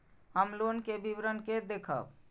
हम लोन के विवरण के देखब?